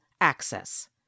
access